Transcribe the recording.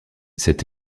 cet